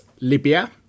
Libya